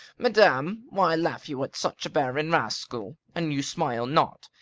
madam, why laugh you at such a barren rascal? and you smile not,